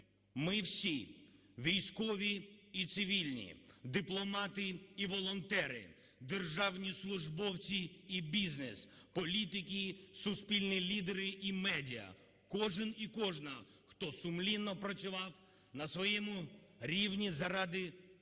ми всі військові і цивільні, дипломати і волонтери, державні службовці і бізнес, політики, суспільні лідери і медіа, кожен і кожна хто сумлінно працював на своєму рівні заради одного